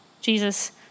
Jesus